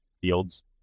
fields